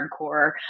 hardcore